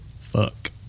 fuck